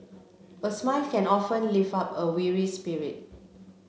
a smile can often lift up a weary spirit